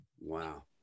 Wow